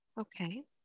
Okay